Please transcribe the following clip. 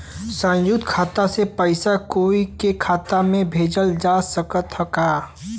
संयुक्त खाता से पयिसा कोई के खाता में भेजल जा सकत ह का?